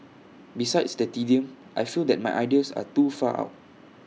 besides the tedium I feel that my ideas are too far out